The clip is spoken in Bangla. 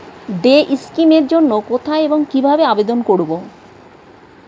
ডে স্কিম এর জন্য কোথায় এবং কিভাবে আবেদন করব?